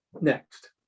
next